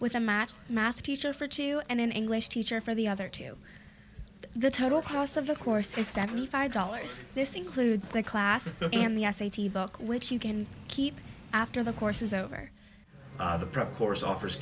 with a matched math teacher for two and an english teacher for the other two the total cost of the course is seventy five dollars this includes the classes and the s a t book which you can keep after the course is over the prep course offers